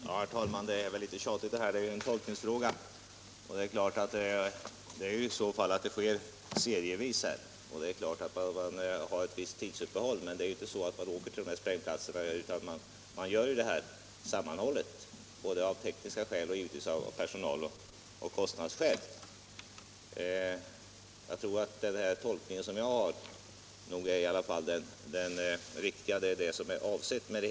Herr talman! Det här blir kanske litet tjatigt. Detta är ju en tolkningsfråga. Man åker naturligtvis inte ut till sprängplatserna 20 gånger, utan sprängningarna utförs väl serievis med vissa tidsuppehåll — detta både av tekniska skäl och av personaloch kostnadsskäl. Jag tror att min tolkning nog är den rätta — det är detta som är avsett.